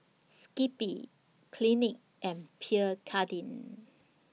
Skippy Clinique and Pierre Cardin